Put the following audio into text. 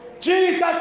Jesus